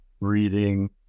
reading